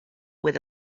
with